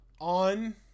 on